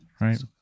right